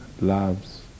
Loves